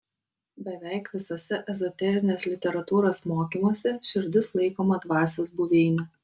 beveik visuose ezoterinės literatūros mokymuose širdis laikoma dvasios buveine